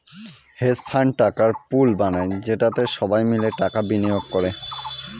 hedge fund টাকার pool বানায় যেটাতে সবাই মিলে টাকা বিনিয়োগ করে